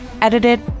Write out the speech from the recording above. edited